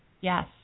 Yes